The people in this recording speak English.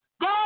Go